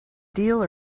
deal